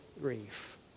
grief